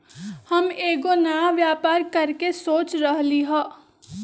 हम एगो नया व्यापर करके सोच रहलि ह